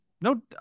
No